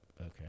okay